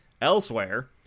Elsewhere